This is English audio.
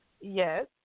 Yes